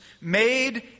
made